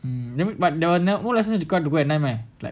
um let me but there were no lessons that go at night meh